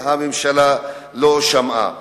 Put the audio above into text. והממשלה לא שמעה.